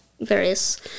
various